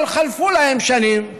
אבל חלפו להן שנים,